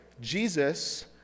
jesus